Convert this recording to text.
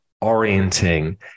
orienting